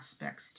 aspects